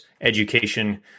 education